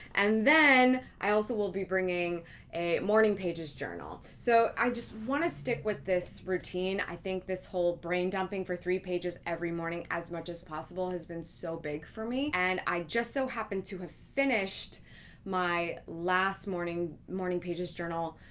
and then i also will be bringing a morning pages journal. so i just want to stick with this routine. i think this whole brain dumping for three pages every morning as much as possible has been so big for me. and i just so happen to have finished my last morning morning pages journal,